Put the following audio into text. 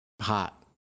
hot